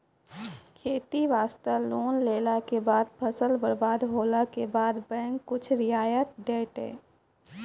खेती वास्ते लोन लेला के बाद फसल बर्बाद होला के बाद बैंक कुछ रियायत देतै?